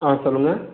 ஆ சொல்லுங்கள்